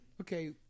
Okay